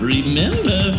Remember